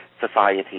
Society